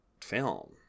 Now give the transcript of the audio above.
film